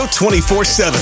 24-7